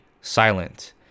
silent